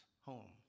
home